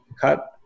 cut